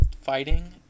fighting